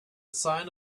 sign